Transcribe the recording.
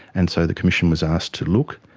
and so the commission was asked to look,